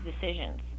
decisions